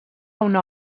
una